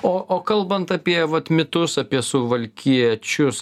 o o kalbant apie vat mitus apie suvalkiečius